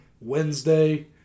Wednesday